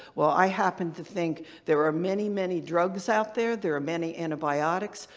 well, i happen to think there are many, many drugs out there. there are many antibiotics.